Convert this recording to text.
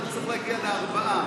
אתה צריך להגיע לארבעה.